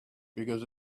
because